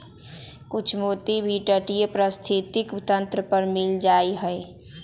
कुछ मोती भी तटीय पारिस्थितिक तंत्र पर मिल जा हई